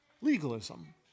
legalism